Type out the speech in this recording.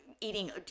eating